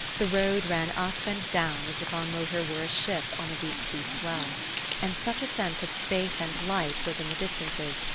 the road ran up and down as if our motor were a ship on a deep-sea swell and such a sense of space and light was in the distances,